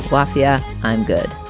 um ah yeah, i'm good